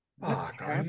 Fuck